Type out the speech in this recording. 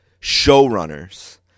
showrunners